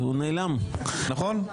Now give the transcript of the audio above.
(הישיבה נפסקה בשעה 10:30